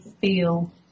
feel